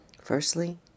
Firstly